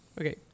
Okay